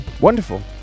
wonderful